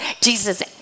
Jesus